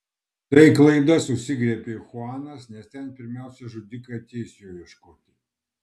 tai klaida susigriebė chuanas nes ten pirmiausia žudikai ateis jo ieškoti